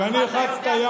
כי אין לך מה לענות.